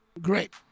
great